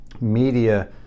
media